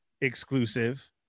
Exclusive